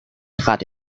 trat